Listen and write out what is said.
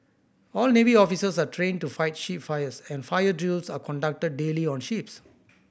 all navy officers are trained to fight ship fires and fire drills are conducted daily on ships